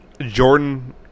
Jordan